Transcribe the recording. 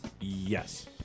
Yes